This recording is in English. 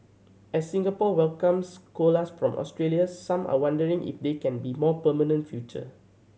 as Singapore welcomes koalas from Australia some are wondering if they can be more permanent future